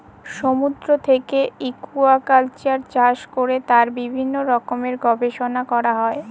সমুদ্র থেকে একুয়াকালচার চাষ করে তার বিভিন্ন রকমের গবেষণা করা হয়